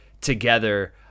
together